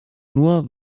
nur